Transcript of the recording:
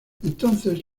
entonces